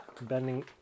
bending